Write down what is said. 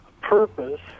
purpose